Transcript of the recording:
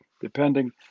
depending